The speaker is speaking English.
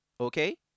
Okay